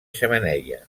xemeneia